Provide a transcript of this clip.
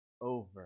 over